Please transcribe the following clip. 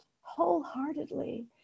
wholeheartedly